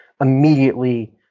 immediately